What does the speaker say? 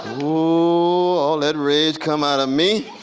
ooh, all that rage come out of me.